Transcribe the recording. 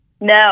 No